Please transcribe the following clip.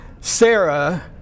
Sarah